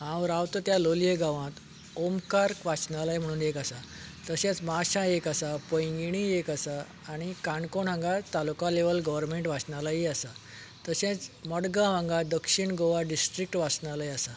हांव रावता त्या लोलयें गांवांत ओंकार वाचनालय म्हणून एक आसा तशेंच माश्या एक आसा पैंगीणी एक आसा आनी काणकोणा हांगा तालूका लेवल गवर्नमेंट वाचनालय आसा तशेंच तेंच मडगांव हांगा दक्षिण गोवा डिस्ट्रीक्ट वाचनालय आसा